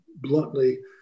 bluntly